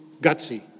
gutsy